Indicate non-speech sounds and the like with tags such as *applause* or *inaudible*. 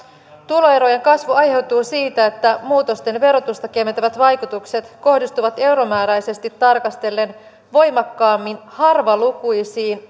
tuloerojen kasvu aiheutuu siitä että muutosten verotusta keventävät vaikutukset kohdistuvat euromääräisesti tarkastellen voimakkaammin harvalukuisiin *unintelligible*